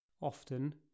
Often